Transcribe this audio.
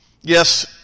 Yes